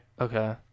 Okay